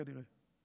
כנראה,